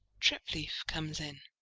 treplieff comes in.